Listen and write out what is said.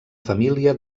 família